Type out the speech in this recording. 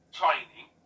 training